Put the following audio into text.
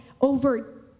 over